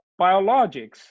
biologics